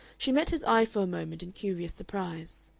she met his eye for a moment in curious surprise.